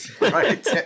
Right